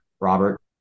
Robert